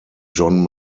john